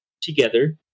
together